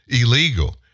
Illegal